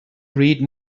read